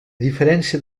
diferència